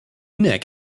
neck